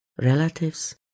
relatives